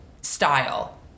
style